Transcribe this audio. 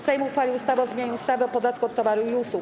Sejm uchwalił ustawę o zmianie ustawy o podatku od towarów i usług.